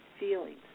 Feelings